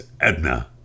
Edna